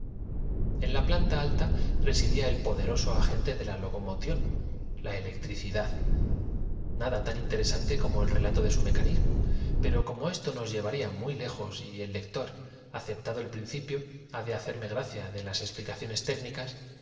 en la planta alta residía el poderoso agente de la sola conmoción eléctrica dejó herméticamente cerrado locomoción la electricidad nada tan interesante como el anacronópete hecho esto propinó á benjamín unas el relato de su mecanismo pero como esto nos llevaría descargas del fluido de la inalterabilidad recibiendo muy lejos y el lector aceptado el principio ha de ha él otras tantas de mano de su amigo cerme gracia de las explicaciones técnicas